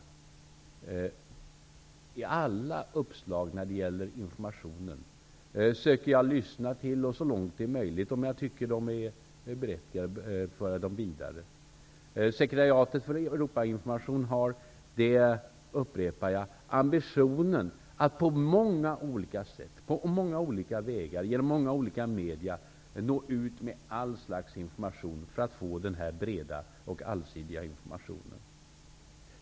Jag söker lyssna till alla uppslag som gäller information och så långt det är möjligt, om jag tycker att de är berättigade, föra dem vidare. Sekretariatet för Europainformation har -- jag upprepar det -- ambitionen att på många olika sätt, på många olika vägar och genom olika medier gå ut med allt slags information för att nå bredd och allsidighet.